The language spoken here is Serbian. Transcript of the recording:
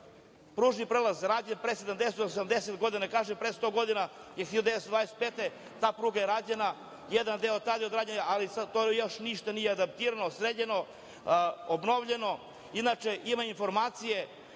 pružni prelaz rađen pre 70, 80 godina, kažem, pre 100 godina, 1925. godine ta pruga je rađena, jedan deo tad je odrađen, ali sad to još ništa nije adaptirano, sređeno, obnovljeno. Inače, imam informacije